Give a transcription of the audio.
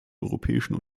europäischen